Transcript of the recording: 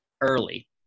early